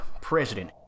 president